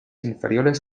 inferiores